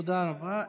תודה רבה.